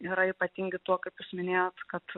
yra ypatingi tuo kaip jūs minėjot kad